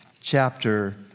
chapter